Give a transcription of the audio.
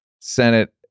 Senate